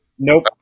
Nope